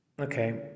Okay